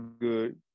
good